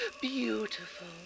beautiful